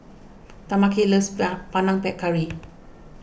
Tameka loves Panang Curry